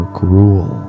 gruel